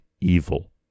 evil